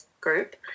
group